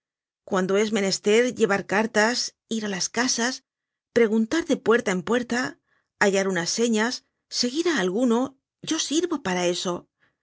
cuando es menester llevar cartas ir á las casas preguntar de puerta en puerta hallar unas señas seguir á alguno yo sirvo para eso pues